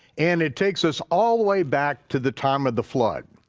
and it takes us all the way back to the time of the flood.